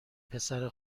پسر